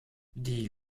die